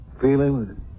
Feeling